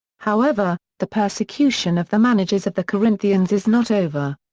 however, the persecution of the managers of the corinthians is not over.